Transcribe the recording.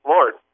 Lord